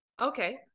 Okay